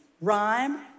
rhyme